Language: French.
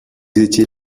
étiez